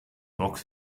bock